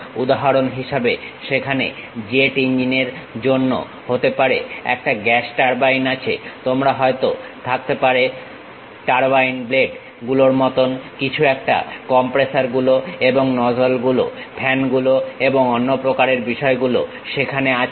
উদাহরণ হিসেবে সেখানে জেট ইঞ্জিন এর জন্য হতে পারে একটা গ্যাস টারবাইন আছে তোমার হয়তো থাকতে পারে টারবাইন ব্লেড গুলোর মত কিছু একটা কম্প্রেসার গুলো এবং নজল গুলো ফ্যান গুলো এবং অন্য প্রকারের বিষয়গুলো সেখানে আছে